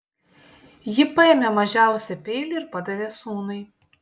ji paėmė mažiausią peilį ir padavė sūnui